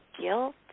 guilt